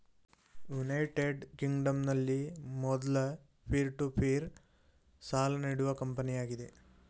United ಕಿಂಗ್ಡಂನಲ್ಲಿ ಮೊದ್ಲ peer to peer ಸಾಲ ನೀಡುವ ಕಂಪನಿಯಾಗಿದೆ